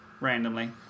randomly